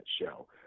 show